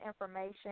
information